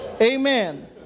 Amen